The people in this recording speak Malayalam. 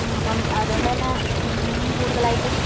അപ്പം അതുകൊണ്ടുതന്നെ കൂടുതലായിട്ടും